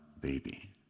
baby